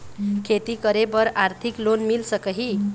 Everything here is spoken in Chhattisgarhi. खेती करे बर आरथिक लोन मिल सकही?